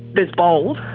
there's bold,